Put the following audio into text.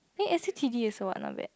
eh S_U_T_D also what not bad